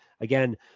again